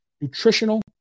nutritional